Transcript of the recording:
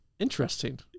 Interesting